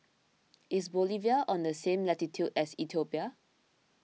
is Bolivia on the same latitude as Ethiopia